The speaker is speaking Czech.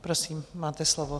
Prosím, máte slovo.